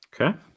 Okay